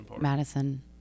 Madison